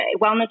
Wellness